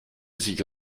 sich